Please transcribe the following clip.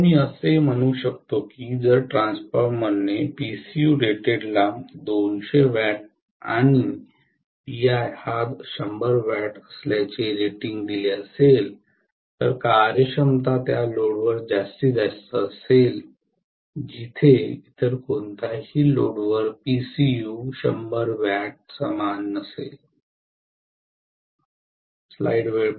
तर मी म्हणू शकतो की जर ट्रान्सफॉर्मरने Pcu rated ला 200W आणि PI हा100 W असल्याचे रेटिंग दिले असेल तर कार्यक्षमता त्या लोडवर जास्तीत जास्त असेल जिथे इतर कोणत्याही लोडवरील Pcu 100 W समान असेल